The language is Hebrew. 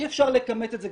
אי אפשר לכמת את זה.